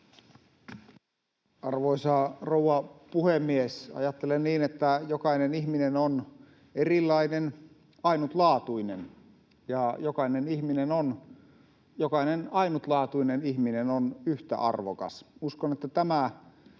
Arvoisa rouva puhemies! Ajattelen niin, että jokainen ihminen on erilainen, ainutlaatuinen ja jokainen ainutlaatuinen ihminen on yhtä arvokas. Uskon, että tämä